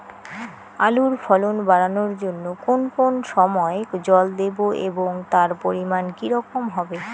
আলুর ফলন বাড়ানোর জন্য কোন কোন সময় জল দেব এবং তার পরিমান কি রকম হবে?